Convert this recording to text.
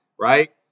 Right